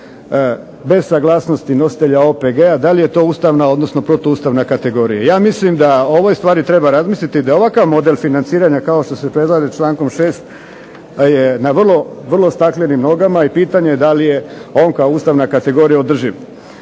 bez saglasnosti nositelja OPG-a, da li je to ustavna odnosno protu ustavna kategorija. Ja mislim da o ovoj stvari treba razmisliti i da ovakav model financiranja kao što se predlaže člankom 6. je na vrlo staklenim nogama i pitanje je da li je on kao ustavna kategorija održiv.